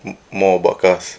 more about cars